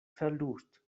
verlust